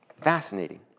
Fascinating